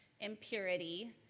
impurity